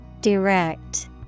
direct